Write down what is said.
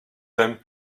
him